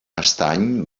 estany